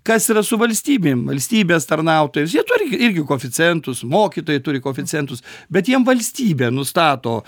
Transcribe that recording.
kas yra su valstybinėm valstybės tarnautojais jie turi irgi koeficientus mokytojai turi koeficientus bet jiem valstybė nustato